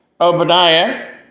Obadiah